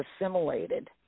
assimilated